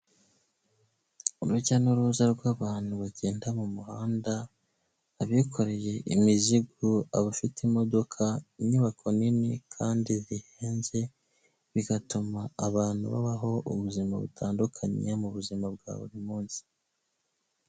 Urujya n'uruza rw'abantu bagenda mu muhanda, abikoreye imizigo, abafite imodoka, inyubako nini kandi zihenze, bigatuma abantu babaho ubuzima butandukanye mu buzima bwa buri munsi.